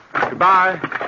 Goodbye